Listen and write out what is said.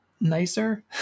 nicer